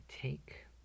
take